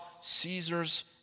Caesar's